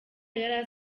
yari